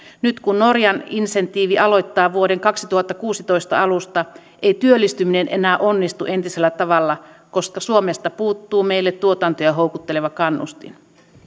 nyt kun norjan insentiivi aloittaa vuoden kaksituhattakuusitoista alusta ei työllistyminen enää onnistu entisellä tavalla koska suomesta puuttuu meille tuotantoja houkutteleva kannustin